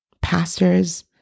pastors